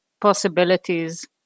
possibilities